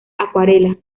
acuarela